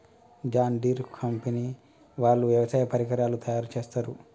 John Deere company వాళ్ళు వ్యవసాయ పరికరాలు తయారుచేస్తారు